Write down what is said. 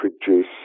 produce